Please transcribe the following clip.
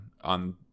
on